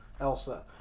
Elsa